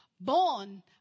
born